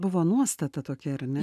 buvo nuostata tokia ar ne